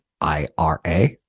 IRA